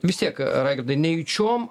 vis tiek raigardai nejučiom